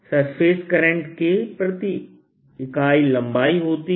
surface current K प्रति इकाई लंबाई होती है